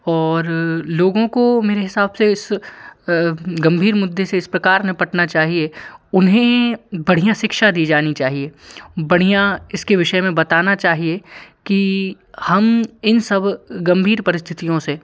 और लोगों को मेरे हिसाब से इस गंभीर मुद्दे से इस प्रकार निपटना चाहिए उन्हें बढ़िया शिक्षा दी जानी चाहिए बढ़िया इसके विषय में बताना चाहिए कि हम इन सब गंभीर परिस्थितियों से